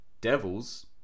devils